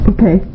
Okay